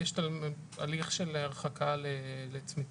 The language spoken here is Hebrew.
יש את ההליך של הרחקה לצמיתות.